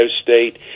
state